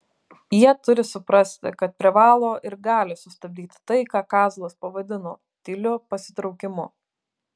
jie turi suprasti kad privalo ir gali sustabdyti tai ką kazlas pavadino tyliu pasitraukimu